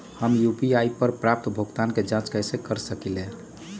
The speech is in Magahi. हम यू.पी.आई पर प्राप्त भुगतान के जाँच कैसे कर सकली ह?